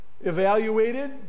evaluated